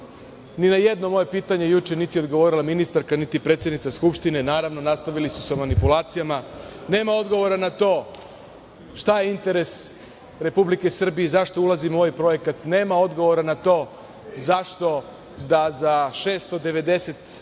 na jedno moje pitanje juče niti je odgovorila ministarka, niti predsednica Skupštine. Naravno, nastavili su manipulacijama. Nema odgovora na to - šta je interes Republike Srbije i zašto ulazimo u ovaj projekat? Nema odgovora na to - zašto da za 690